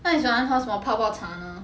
那你喜欢喝什么泡泡茶呢